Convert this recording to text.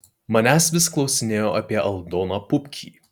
manęs vis klausinėjo apie aldoną pupkį